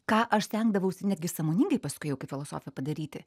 ką aš stengdavausi netgi sąmoningai paskui jau kaip filosofė padaryti